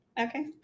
Okay